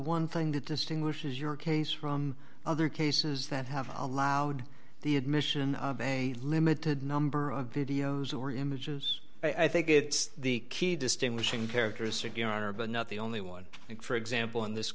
one thing that distinguishes your case from other cases that have allowed the admission of a limited number of videos or images i think it's the key distinguishing characteristic you are but not the only one for example in this